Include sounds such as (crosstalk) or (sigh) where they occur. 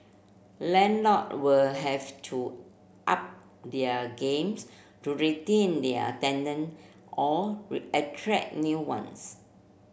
landlord will have to up their games to retain their tenant or (unintelligible) attract new ones